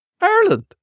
Ireland